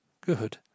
Good